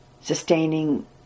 sustaining